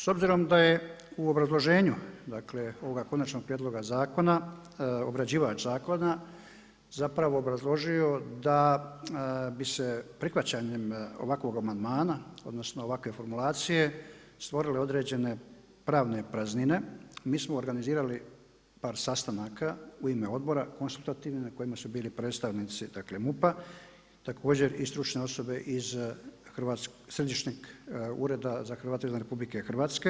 S obzirom da je u obrazloženju, dakle ovoga konačnog prijedloga zakona obrađivač zakona zapravo obrazložio da bi se prihvaćanjem ovakvog amandmana, odnosno ovakve formulacije stvorile određene pravne praznine mi smo organizirali par sastanaka u ime odbora … na kojima su bili predstavnici, dakle MUP-a, također i stručne osobe iz Središnjeg ureda za Hrvate izvan RH.